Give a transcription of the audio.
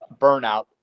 burnout